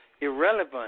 irrelevant